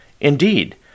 Indeed